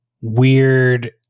weird